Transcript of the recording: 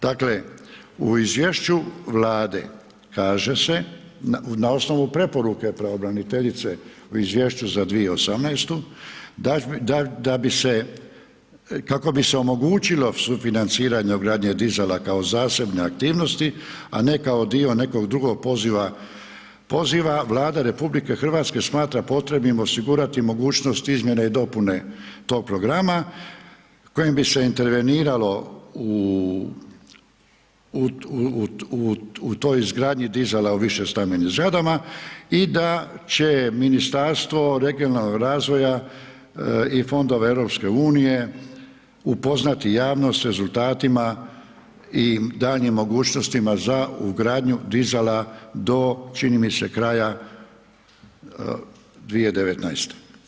Dakle, u izvješću Vlade kaže se, na osnovu preporuke pravobraniteljice u izvješću za 2018. da bi se, kako bi se omogućilo sufinanciranje ugradnje dizala kao zasebne aktivnosti, a ne kao dio nekog drugog poziva, poziva Vlada RH smatra potrebnim osigurati mogućnost izmjene i dopune tog programa kojim bi se interveniralo u toj izgradnji dizala u višestambenim zgradama i da će Ministarstvo regionalnog razvoja i fondova EU upoznati javnost s rezultatima i daljnjim mogućnostima za ugradnju dizala čini mi se kraja 2019.